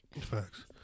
Facts